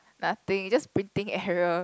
nothing just printing error